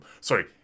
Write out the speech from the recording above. Sorry